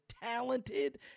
Talented